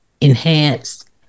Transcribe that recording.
enhanced